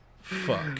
Fuck